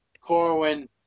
Corwin